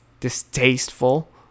distasteful